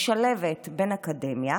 משלבת בין אקדמיה